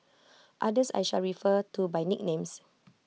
others I shall refer to by nicknames